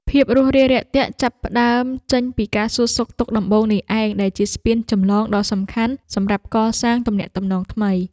ភាពរួសរាយរាក់ទាក់ចាប់ផ្តើមចេញពីការសួរសុខទុក្ខដំបូងនេះឯងដែលជាស្ពានចម្លងដ៏សំខាន់សម្រាប់កសាងទំនាក់ទំនងថ្មី។